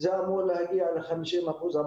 קולות קוראים שכל מי שעומד בקריטריונים יקבל או לא